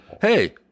hey